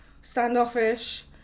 standoffish